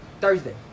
Thursday